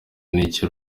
n’icyo